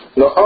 no